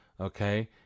Okay